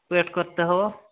wait କରତେ ହେବ